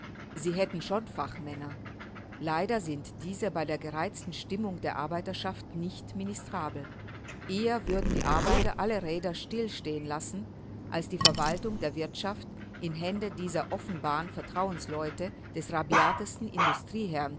sie hätten schon fachmänner leider sind diese bei der gereizten stimmung der arbeiterschaft nicht ministrabel eher würden die arbeiter alle räder stillstehen lassen als die verwaltung der wirtschaft in händen dieser offenbaren vertrauensleute des rabiatesten